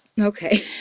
Okay